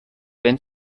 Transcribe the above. wenn